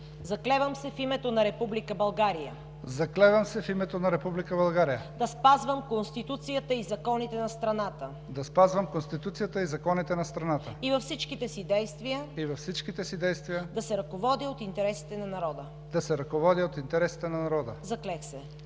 „Заклевам се в името на Република България да спазвам Конституцията и законите на страната и във всичките си действия да се ръководя от интересите на народа. Заклех се!“